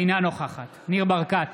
אינה נוכחת ניר ברקת,